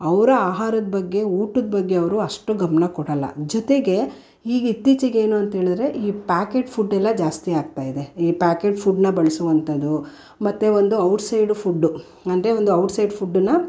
ಅವರ ಆಹಾರದ ಬಗ್ಗೆ ಊಟದ ಬಗ್ಗೆ ಅವರು ಅಷ್ಟು ಗಮನ ಕೊಡೋಲ್ಲ ಜೊತೆಗೆ ಹೀಗೆ ಇತ್ತೀಚೆಗೇನು ಅಂತ್ಹೇಳಿರೆ ಈ ಪ್ಯಾಕೆಟ್ ಫುಡ್ ಎಲ್ಲ ಜಾಸ್ತಿ ಆಗ್ತಾಯಿದೆ ಈ ಪ್ಯಾಕೆಟ್ ಫುಡ್ಡನ್ನು ಬಳ್ಸುವಂಥದು ಮತ್ತು ಒಂದು ಔಟ್ಸೈಡು ಫುಡ್ಡು ಅಂದರೆ ಒಂದು ಔಟ್ಸೈಡ್ ಫುಡ್ಡನ್ನು